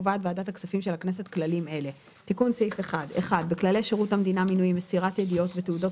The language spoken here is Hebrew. קובעת ועדת הכספים של הכנסת כללים אלה: תיקון סעיף 1. 1. בכללי שירות המדינה (מינויים)(מסירת ידיעות ותעודות